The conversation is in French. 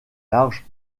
large